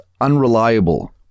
unreliable